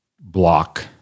block